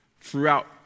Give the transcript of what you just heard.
throughout